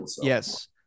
yes